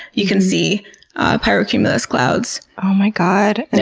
you can see pyro cumulus clouds. oh my god. and